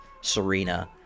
Serena